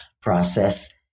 process